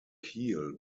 keel